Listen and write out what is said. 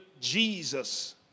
Jesus